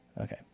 Okay